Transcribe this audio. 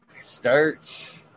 Start